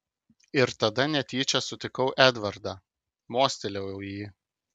ir tada netyčia sutikau edvardą mostelėjau į jį